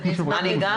אני אשמח להצטרף.